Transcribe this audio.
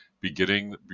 beginning